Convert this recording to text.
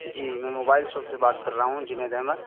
جی میں mobile shop سے بات کر رہا ہوں جنید احمد